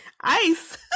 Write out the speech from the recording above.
Ice